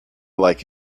like